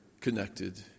connected